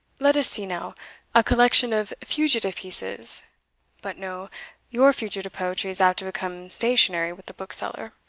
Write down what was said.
let us see now a collection of fugitive pieces but no your fugitive poetry is apt to become stationary with the bookseller.